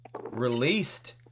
released